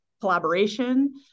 collaboration